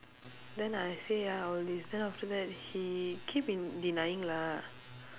then I say ah all this then after that he keep denying lah